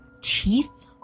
Teeth